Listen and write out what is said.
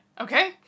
Okay